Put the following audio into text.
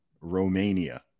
Romania